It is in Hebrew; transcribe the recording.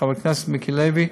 חבר הכנסת מיקי לוי,